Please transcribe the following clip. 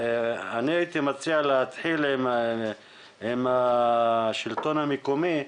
אני הייתי מציע להתחיל עם השלטון המקומי,